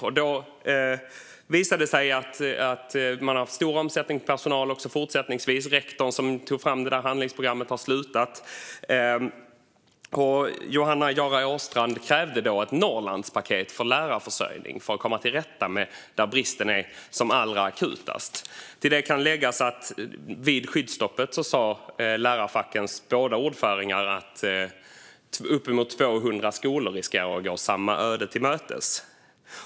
Det visade sig då att man har haft stor omsättning på personal även fortsättningsvis. Rektorn som tog fram handlingsprogrammet har slutat. Johanna Jaara Åstrand krävde då ett Norrlandspaket för lärarförsörjning för att komma till rätta med bristen där den är som allra mest akut. Till detta kan läggas att lärarfackens båda ordförande vid skyddsstoppet sa att uppemot 200 skolor riskerar att gå samma öde till mötes.